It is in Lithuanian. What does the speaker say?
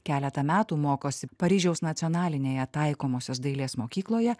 keletą metų mokosi paryžiaus nacionalinėje taikomosios dailės mokykloje